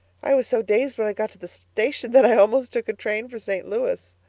i was so dazed when i got to the station that i almost took a train for st louis.